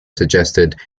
suggested